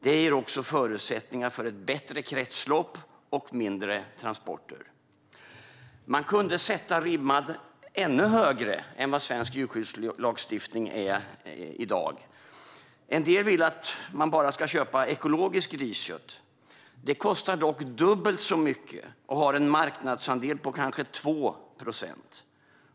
Det ger också förutsättningar för ett bättre kretslopp och mindre transporter. Man skulle kunna sätta ribban ännu högre än vad svensk djurskyddslagstiftning gör i dag. En del vill att man bara ska köpa ekologiskt griskött. Det kostar dock dubbelt så mycket och har en marknadsandel på kanske 2 procent.